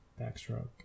backstroke